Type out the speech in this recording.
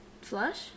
flush